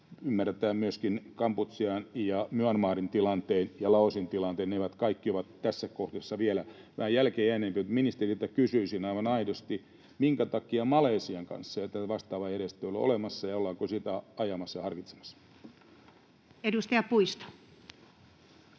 ymmärtäen myöskin Kamputsean ja Myanmarin tilanteen ja Laosin tilanteen. Ne kaikki ovat tässä kohdassa vielä vähän jälkeenjääneitä. Mutta ministeriltä kysyisin aivan aidosti: minkä takia Malesian kanssa ei vastaavaa järjestelyä ole olemassa, ja ollaanko sitä ajamassa ja harkitsemassa? Edustaja Puisto.